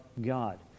God